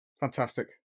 Fantastic